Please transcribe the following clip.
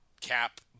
Cap